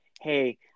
hey